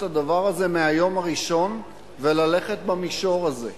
הדבר הזה מהיום הראשון וללכת במישור הזה.